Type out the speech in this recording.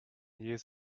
jähes